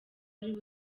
ariwe